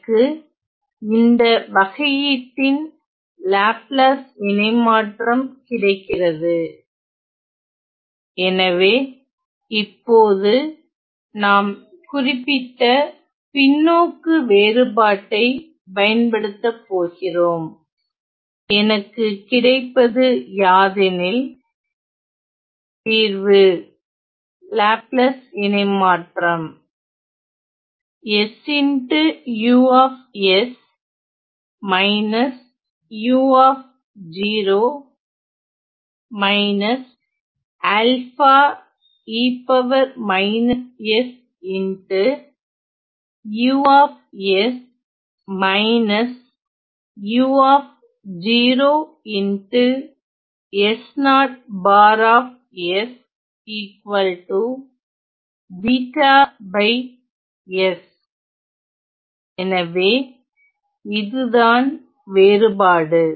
எனக்கு இந்த வகையீட்டின் லாப்லாஸ் இணைமாற்றம் கிடைக்கிறது எனவே இப்போது நாம் குறிப்பிட்ட பின்னோக்கு வேறுபாட்டை பயன்படுத்த போகிறோம் எனக்கு கிடைப்பது யாதெனில் தீர்வு லாப்லாஸ் இணைமாற்றம் எனவே இதுதான் வேறுபாடு